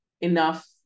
enough